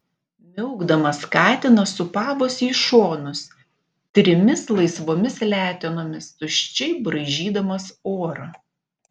miaukdamas katinas sūpavosi į šonus trimis laisvomis letenomis tuščiai braižydamas orą